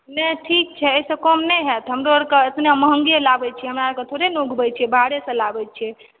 नहि ठीक छै एहिसॅं कम नहि हैत हमरो आर के इतना महँगे लाबै छियै हमरा आरके थोड़े ने उगबै छियै बाहरे सॅं लाबै छियै